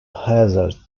hazard